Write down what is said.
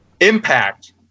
impact